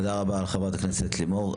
תודה רבה לחברת הכנסת לימור.